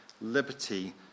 liberty